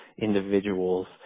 individuals